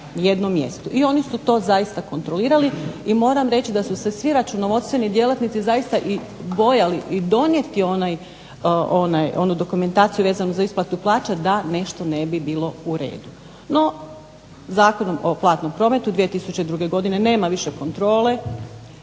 i oni su to zaista kontrolirali, i moram reći da su se svi računovodstveni djelatnici zaista i bojali i donijeti onu dokumentaciju vezanu za isplatu plaća da nešto ne bi bilo u redu. No Zakonom o platnom prometu 2002. godine nema više kontrole,